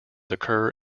occur